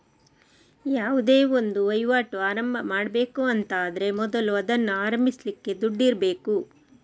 ಯಾವುದೇ ಒಂದು ವೈವಾಟು ಆರಂಭ ಮಾಡ್ಬೇಕು ಅಂತ ಆದ್ರೆ ಮೊದಲು ಅದನ್ನ ಆರಂಭಿಸ್ಲಿಕ್ಕೆ ದುಡ್ಡಿರ್ಬೇಕು